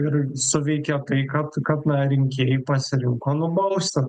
ir suveikė tai kad kad na rinkėjai pasirinko nubausti